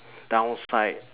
downside